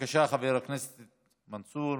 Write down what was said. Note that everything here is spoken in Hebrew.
בבקשה, חבר הכנסת מנסור.